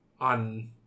on